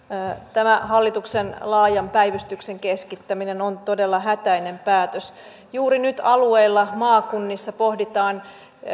tämä hallituksen laajan päivystyksen keskittäminen on todella hätäinen päätös juuri nyt alueilla maakunnissa pohditaan